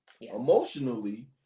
emotionally